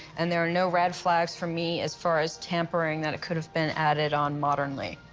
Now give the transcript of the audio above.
and there are no red flags for me as far as tampering that it could have been added on modernly.